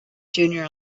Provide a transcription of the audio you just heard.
junior